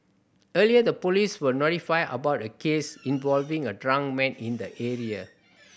earlier the police were notified about a case involving a drunk man in the area